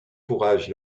fourage